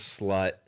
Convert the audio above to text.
Slut